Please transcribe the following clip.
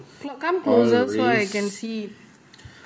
come closer so I can see